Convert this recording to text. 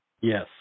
Yes